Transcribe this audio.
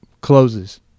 Closes